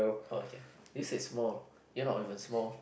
okay this is small you're not even small